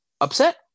upset